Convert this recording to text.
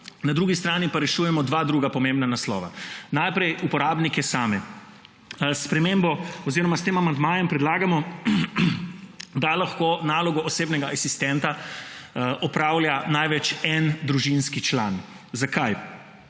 Na drugi strani pa rešujemo dva druga pomembna naslova. Najprej uporabnike same. S tem amandmajem predlagamo, da lahko nalogo osebnega asistenta opravlja največ en družinski član. Zakaj?